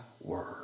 word